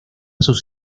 sus